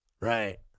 Right